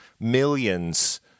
millions